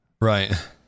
Right